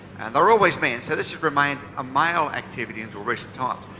and they're always men, so this has remained a male activity until recent times.